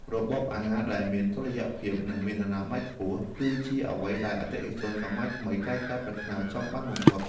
របបអាហារដែលមានតុល្យភាព និងមានអនាម័យខ្ពស់ គឺជាអ្វីដែលអតិថិជនសម័យថ្មីតែងតែប្រាថ្នាចង់បានបំផុត។